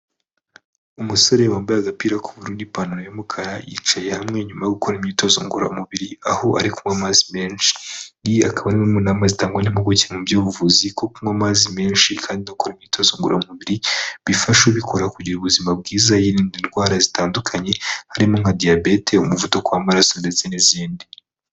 Umusore wambaye agapira k'uburu n'ipantaro y'umukara yicaye hamwe nyuma yo gukora imyitozo ngororamubiri aho ari kunywa amazi menshi akabama zitangwa'impuguke mu by'ubuvuzi kunywa amazi menshi kandi akora imyitozo ngororamubiri bifasha bikora kugira ubuzima bwiza yirinda indwara zitandukanye harimo nka diyabete umuvuduko w'amaraso ndetse n'izindi.